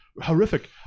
Horrific